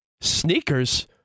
sneakers